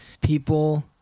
People